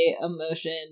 emotion